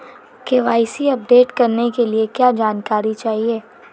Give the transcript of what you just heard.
KYC update करने के लिए क्या जानकारी चाहिए?